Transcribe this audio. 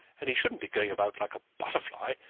and he shouldn't be going about like a butterfly,